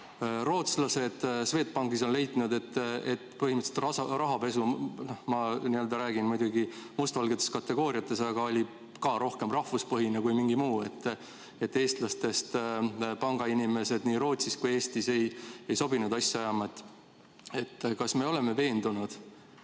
Rootslased Swedbankis on leidnud, et põhimõtteliselt rahapesu – no ma räägin muidugi mustvalgetes kategooriates – oli ka rohkem rahvuspõhine kui mingi muu, st eestlastest pangainimesed nii Rootsis kui ka Eestis ei sobinud asja ajama. Kas me oleme veendunud,